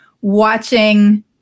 watching